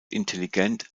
intelligent